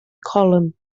column